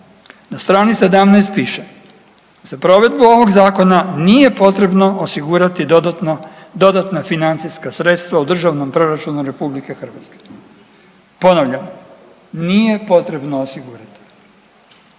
na str. 17 piše, za provedbu ovog zakona nije potrebno osigurati dodatna financijska sredstva u Držanom proračunu RH, ponavljam nije potrebno osigurati.